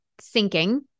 sinking